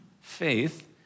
faith